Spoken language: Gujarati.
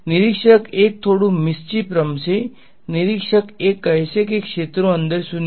નિરીક્ષક 1 થોડુ મિસ્ચીફ રમશે નિરીક્ષક 1 કહેશે કે ક્ષેત્રો અંદર 0 છે